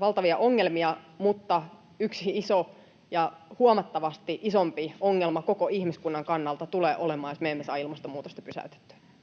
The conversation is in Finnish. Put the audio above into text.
valtavia ongelmia. Mutta yksi iso ja huomattavasti isompi ongelma koko ihmiskunnan kannalta tulee olemaan, jos me emme saa ilmastonmuutosta pysäytettyä